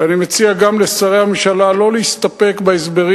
ואני מציע גם לשרי הממשלה לא להסתפק בהסברים